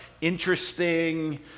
interesting